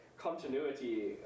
continuity